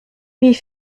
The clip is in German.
wie